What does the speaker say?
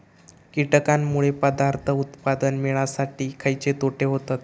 कीटकांनमुळे पदार्थ उत्पादन मिळासाठी खयचे तोटे होतत?